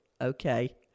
okay